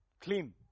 clean